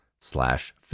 slash